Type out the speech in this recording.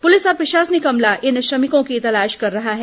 police और प्रशासनिक अमला इन श्रमिकों की तलाश कर रहा है